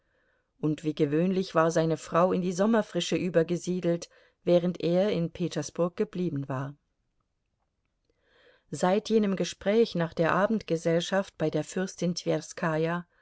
und wie gewöhnlich war seine frau in die sommerfrische übergesiedelt während er in petersburg geblieben war seit jenem gespräch nach der abendgesellschaft bei der fürstin